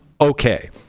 okay